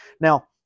Now